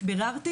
ביררתי